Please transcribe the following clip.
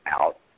out